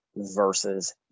versus